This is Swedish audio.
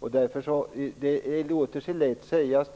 Detta är något som lätt låter sig sägas,